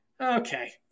Okay